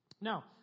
Now